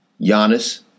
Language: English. Giannis